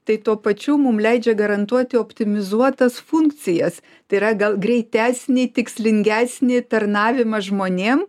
tai tuo pačiu mum leidžia garantuoti optimizuotas funkcijas tai yra gal greitesnį tikslingesnį tarnavimą žmonėm